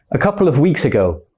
a couple of weeks ago.